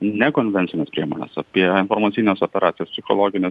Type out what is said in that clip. nekonvencines priemones apie informacines operacijas psichologines